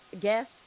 guest